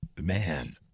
Man